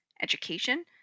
Education